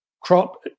crop